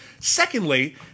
Secondly